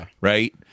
right